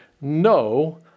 no